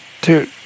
two